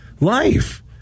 life